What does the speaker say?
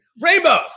Rainbows